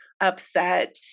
upset